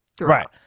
Right